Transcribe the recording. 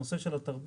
הנושא של התרבות,